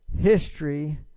history